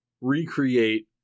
recreate